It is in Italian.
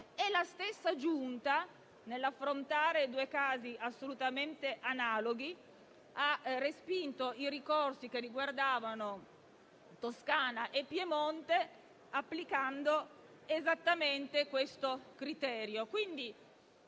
parlamentari, nell'affrontare due casi assolutamente analoghi, ha respinto i ricorsi che riguardavano Toscana e Piemonte, applicando esattamente questo criterio.